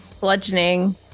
bludgeoning